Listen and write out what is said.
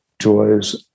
joys